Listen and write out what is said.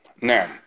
Now